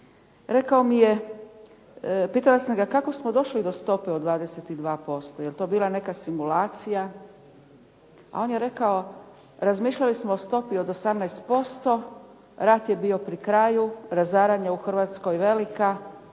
pitala sam ga kako smo došli do stope od 22%, je li to bila neka simulacija a on je rekao razmišljali smo o stopi od 18%, rat je bio pri kraju, razaranja u Hrvatskoj velika,